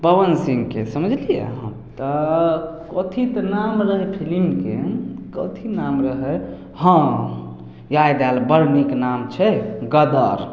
पवन सिंहके समझलियै अहाँ तऽ कथी तऽ नाम रहै फिलिमके कथी नाम रहै हँ याद आयल बड़ नीक नाम छै गदर